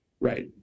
Right